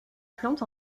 plante